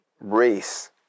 race